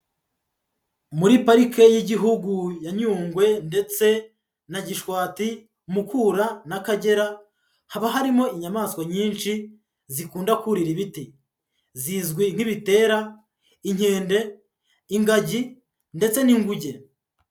Muri Parike y'Igihugu ya Nyungwe ndetse na Gishwati, Mukura n'Akagera haba harimo inyamaswa nyinshi zikunda kurira ibiti. Zizwi nk'ibitera, inkende, ingagi ndetse n'inguge.